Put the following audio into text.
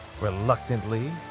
Reluctantly